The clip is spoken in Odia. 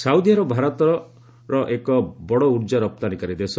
ସାଉଦି ଆରବ ଭାରତର ଏକ ବଡ଼ ଉର୍କା ରପ୍ତାନୀକାରୀ ଦେଶ